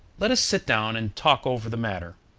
let us sit down and talk over the matter.